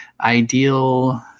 ideal